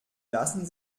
lassen